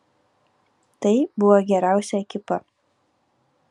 tai buvo geriausia ekipa